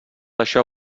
això